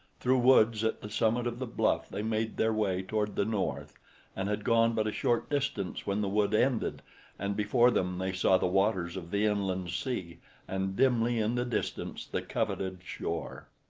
through woods at the summit of the bluff they made their way toward the north and had gone but a short distance when the wood ended and before them they saw the waters of the inland sea and dimly in the distance the coveted shore.